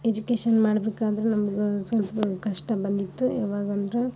education ಮಾಡಬೇಕಾದ್ರೆ ನಮ್ಗೆ ಸ್ವಲ್ಪ ಕಷ್ಟ ಬಂದಿತ್ತು ಯಾವಾಗಂದ್ರೆ